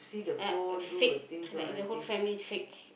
like fake like the whole family's fake